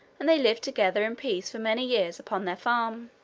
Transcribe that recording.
and they lived together in peace for many years upon their farm.